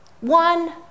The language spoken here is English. one